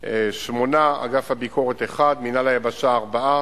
שמונה, אגף הביקורת, אחד, מינהל היבשה, ארבעה,